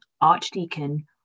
Archdeacon